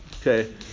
Okay